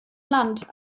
land